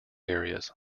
areas